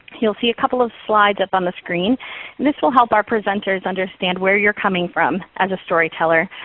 you'll see a couple of slides up on the screen, and this will help our presenters understand where you're coming from as a storyteller.